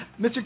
Mr